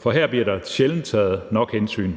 for her bliver der sjældent taget nok hensyn.